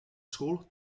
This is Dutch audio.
school